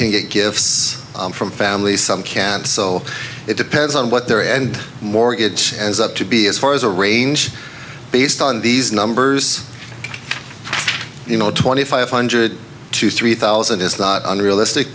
can get gifts from family some can't so it depends on what their and mortgage as up to be as far as a range based on these numbers you know twenty five hundred to three thousand is not under realistic